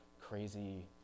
crazy